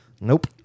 Nope